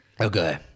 Okay